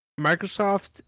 microsoft